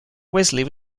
wesley